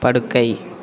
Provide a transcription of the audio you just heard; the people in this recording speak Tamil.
படுக்கை